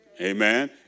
amen